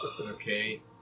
Okay